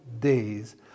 days